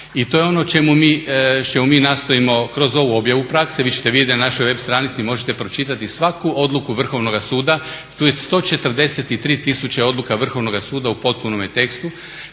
i to je ono čemu mi nastojimo kroz ovu objavu prakse. Vi ćete vidjeti da na našoj web stranici možete pročitati svaku odluku Vrhovnog suda, 143 tisuće odluka Vrhovnog suda u potpunome tekstu,